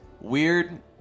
weird